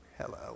Hello